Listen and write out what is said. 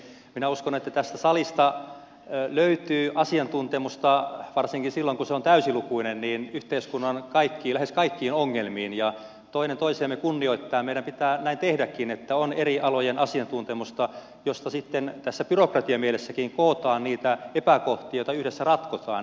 minä uskon että tästä salista löytyy asiantuntemusta varsinkin silloin kun se on täysilukuinen yhteiskunnan lähes kaikkiin ongelmiin ja toinen toisiamme kunnioittaen meidän pitää näin tehdäkin että on eri alojen asiantuntemusta josta sitten byrokratiamielessäkin kootaan niitä epäkohtia joita yhdessä ratkotaan